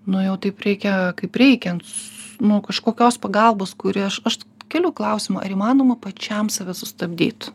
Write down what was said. nu jau taip reikia kaip reikiant s nu kažkokios pagalbos kuri aš aš keliu klausimą ar įmanoma pačiam save sustabdyt